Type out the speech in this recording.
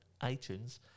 iTunes